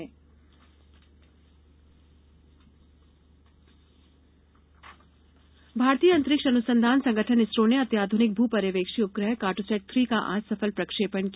इसरो उपग्रह भारतीय अंतरिक्ष अनुसंधान संगठन इसरो ने अत्याध्रनिक भू पर्यवेक्षी उपग्रह कार्टोसैट थ्री का आज सफल प्रक्षेपण किया